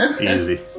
Easy